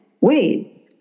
wait